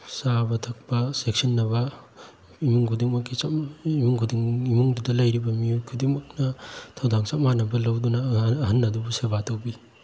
ꯆꯥꯕ ꯊꯛꯄ ꯆꯦꯛꯁꯤꯟꯅꯕ ꯏꯃꯨꯡ ꯈꯨꯗꯤꯡꯃꯛꯀꯤ ꯏꯃꯨꯡ ꯈꯨꯗꯤꯡ ꯏꯃꯨꯡꯗꯨꯗ ꯂꯩꯔꯤꯕ ꯃꯤꯑꯣꯏ ꯈꯨꯗꯤꯡꯃꯛꯅ ꯊꯧꯗꯥꯡ ꯆꯞ ꯃꯥꯅꯕ ꯂꯧꯗꯨꯅ ꯑꯉꯥꯡ ꯑꯍꯟ ꯑꯗꯨꯕꯨ ꯁꯦꯕꯥ ꯇꯧꯕꯤ